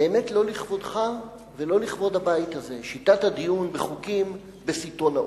באמת לא לכבודך ולא לכבוד הבית הזה שיטת הדיון בחוקים בסיטונות,